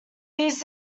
these